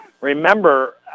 Remember